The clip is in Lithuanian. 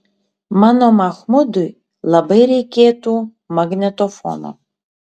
mano machmudui labai reikėtų magnetofono